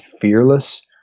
Fearless